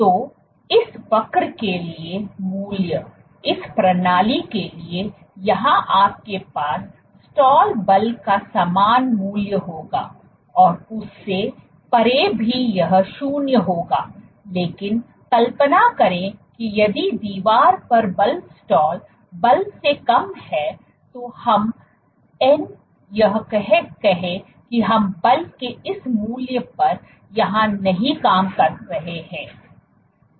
तो इस वक्र के लिए मूल्य इस प्रणाली के लिए यहां आपके पास स्टाल बल का समान मूल्य होगा और उससे परे भी यह 0 होगा लेकिन कल्पना करें कि यदि दीवार पर बल स्टाल बल से कम है तो हम न् यह कहे कि हम बल के इस मूल्य पर यहां कहीं काम कर रहे हैं